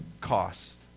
cost